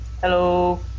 Hello